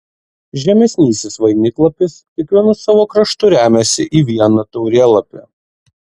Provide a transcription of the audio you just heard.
žemesnysis vainiklapis kiekvienu savo kraštu remiasi į vieną taurėlapį